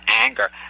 anger